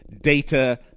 data